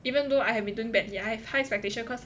even though I have been doing badly I have high expectations cause